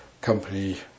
company